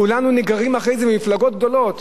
כולנו נגררים אחרי זה, מפלגות גדולות?